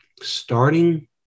starting